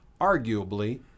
arguably